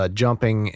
jumping